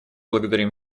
благодарим